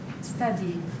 study